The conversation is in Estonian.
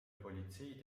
politsei